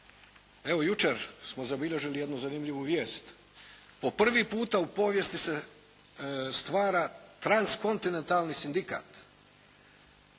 evo jučer smo zabilježili jednu zanimljivu vijest. Po prvi puta u povijesti se stvara transkontinentalni sindikat.